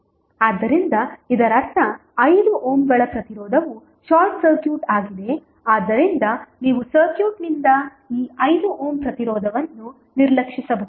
ಆದ್ದರಿಂದ ಇದರರ್ಥ 5 ಓಮ್ಗಳ ಪ್ರತಿರೋಧವು ಶಾರ್ಟ್ ಸರ್ಕ್ಯೂಟ್ ಆಗಿದೆ ಆದ್ದರಿಂದ ನೀವು ಸರ್ಕ್ಯೂಟ್ನಿಂದ ಈ 5 ಓಮ್ ಪ್ರತಿರೋಧವನ್ನು ನಿರ್ಲಕ್ಷಿಸಬಹುದು